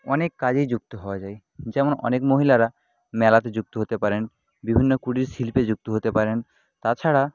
অনেক কাজেই যুক্ত হওয়া যায় যেমন অনেক মহিলারা মেলাতে যুক্ত হতে পারেন বিভিন্ন কুটির শিল্পে যুক্ত হতে পারেন তাছাড়া